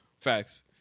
Facts